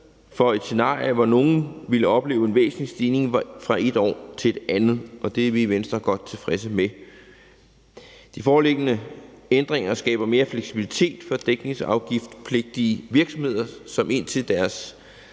for et scenarie, hvor nogle ville opleve en væsentlig stigning fra et år til et andet, og det er vi i Venstre godt tilfredse med. De foreliggende ændringer skaber mere fleksibilitet for dækningsafgiftspligtige virksomheder, som indtil deres